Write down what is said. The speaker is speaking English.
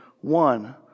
one